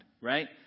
right